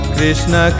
Krishna